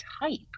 type